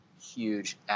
huge